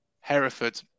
Hereford